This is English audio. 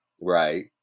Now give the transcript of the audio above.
Right